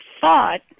thought